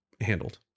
handled